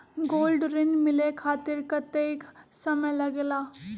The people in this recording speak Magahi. गोल्ड ऋण मिले खातीर कतेइक समय लगेला?